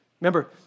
Remember